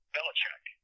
Belichick